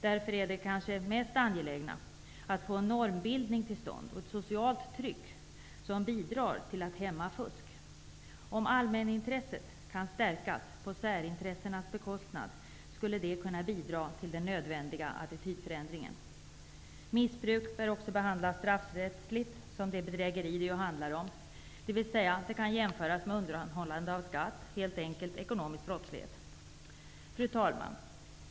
Därför är kanske det mest angelägna att få en normbildning till stånd och ett socialt tryck som bidrar till att hämma fusk. Om allmänintresset kan stärkas på särintressenas bekostnad, kan det bidra till den nödvändiga attitydförändringen. Missbruk bör också behandlas straffrättsligt, som det bedrägeri det ju handlar om, dvs. det kan jämföras med undanhållande av skatt -- helt enkelt ekonomisk brottslighet. Fru talman!